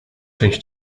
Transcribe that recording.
część